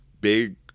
Big